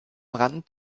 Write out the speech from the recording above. rand